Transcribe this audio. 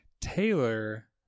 Taylor